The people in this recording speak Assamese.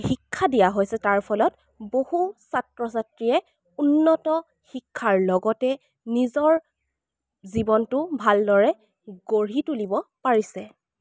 শিক্ষা দিয়া হৈছে তাৰফলত বহু ছাত্ৰ ছাত্ৰীয়ে উন্নত শিক্ষাৰ লগতে নিজৰ জীৱনটো ভালদৰে গঢ়ি তুলিব পাৰিছে